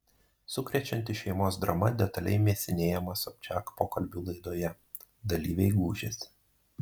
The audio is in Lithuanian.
sukrečianti šeimos drama detaliai mėsinėjama sobčiak pokalbių laidoje dalyviai gūžiasi